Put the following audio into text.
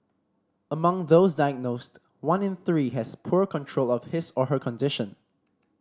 among those diagnosed one in three has poor control of his or her condition